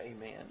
Amen